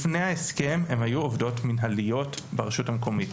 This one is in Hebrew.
לפני ההסכם הן היו עובדות מנהליות ברשות המקומית.